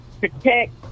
protect